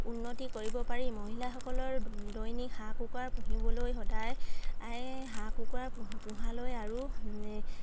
উন্নতি কৰিব পাৰি মহিলাসকলৰ দৈনিক হাঁহ কুকুাৰ পুহিবলৈ সদায় হাঁহ কুকুাৰ পোহালৈ আৰু